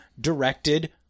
directed